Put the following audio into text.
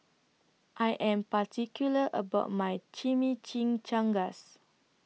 I Am particular about My Chimichangas